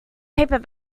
paper